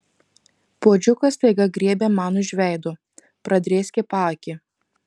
puodžiukas staiga griebė man už veido pradrėskė paakį